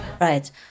Right